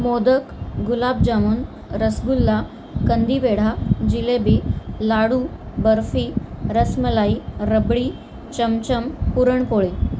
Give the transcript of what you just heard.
modak gulab jamun rasgulla kandi pedha jalebi ladoo barfi rasmalai rabri chamcham puran poli